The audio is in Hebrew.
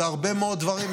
בהרבה מאוד דברים,